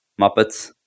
Muppets